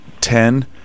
ten